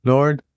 Lord